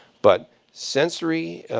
but sensory,